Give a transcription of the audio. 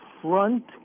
front